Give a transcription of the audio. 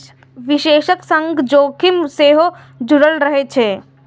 निवेशक संग जोखिम सेहो जुड़ल रहै छै